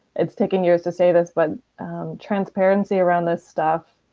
it's taken years to say this, but transparency around this stuff,